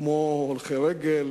כמו הולכי-רגל,